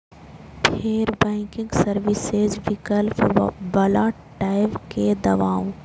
फेर banking services विकल्प बला टैब कें दबाउ